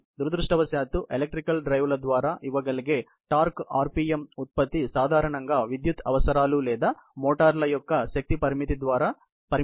దురదృష్టవశాత్తు ఎలక్ట్రికల్ డ్రైవ్ల ద్వారా ఇవ్వగలిగే టార్క్ ఆర్పిఎమ్ ఉత్పత్తి సాధారణంగా విద్యుత్ అవసరాలు లేదా మోటార్లు యొక్క శక్తి పరిమితి ద్వారా పరిమితం చేయబడతాయి